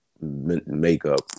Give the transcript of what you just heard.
makeup